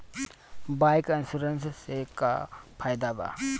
Bike insurance से का फायदा बा?